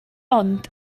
ond